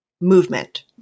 movement